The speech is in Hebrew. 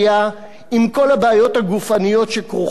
עם כל הבעיות הגופניות שכרוכות בכך.